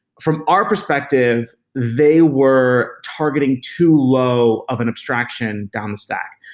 from our perspective, they were targeting too low of an abstraction down the stack.